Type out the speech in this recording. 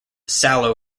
salo